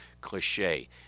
cliche